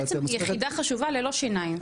בעצם, יחידה חשובה ללא שיניים.